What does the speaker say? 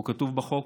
והוא כתוב בחוק